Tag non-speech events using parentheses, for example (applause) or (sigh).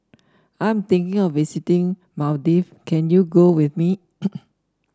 I'm thinking of visiting Maldive can you go with me (noise)